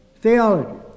theology